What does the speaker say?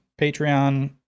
Patreon